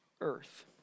earth